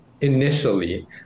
initially